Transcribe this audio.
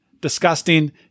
disgusting